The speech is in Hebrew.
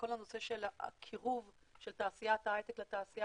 כל נושא קירוב תעשיית ההייטק לתעשייה